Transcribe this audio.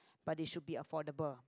but they should be affordable